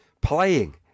playing